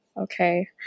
okay